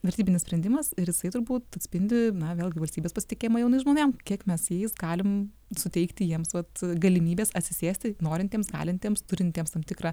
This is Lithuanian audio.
vertybinis sprendimas ir jisai turbūt atspindi na vėlgi valstybės pasitikėjimą jaunais žmonėm kiek mes jais galim suteikti jiems vat galimybes atsisėsti norintiems galintiems turintiems tam tikrą